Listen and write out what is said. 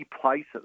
places